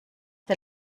der